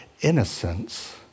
innocence